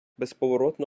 безповоротно